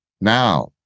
now